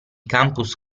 campus